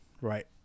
right